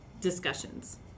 discussions